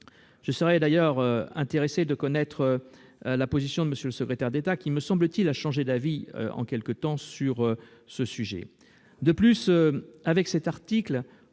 Je suis d'ailleurs intéressé de connaître la position de M. le secrétaire d'État, qui, me semble-t-il, a changé d'avis en quelque temps sur ce sujet. De plus, avec cet article,